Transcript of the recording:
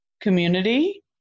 community